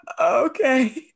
okay